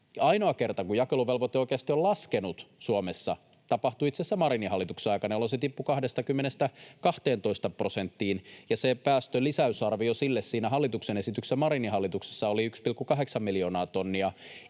ainoa kerta, kun jakeluvelvoite oikeasti on laskenut Suomessa, tapahtui itse asiassa Marinin hallituksen aikana, jolloin se tippui 20:stä 12 prosenttiin, ja se päästölisäysarvio sille siinä hallituksen esityksessä Marinin hallituksessa oli 1,8 miljoonaa tonnia.